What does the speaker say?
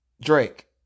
Drake